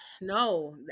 no